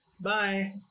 Bye